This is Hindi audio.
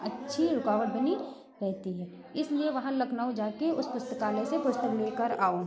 अच्छी रुकावट बनी रहती है इसलिए वहाँ लखनऊ जाके उस पुस्तकालय से पुस्तक लेकर आओ